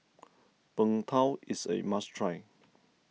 Png Tao is a must try